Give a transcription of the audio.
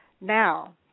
Now